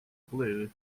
blues